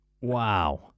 Wow